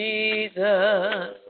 Jesus